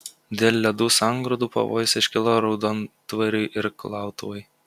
dėl ledų sangrūdų pavojus iškilo raudondvariui ir kulautuvai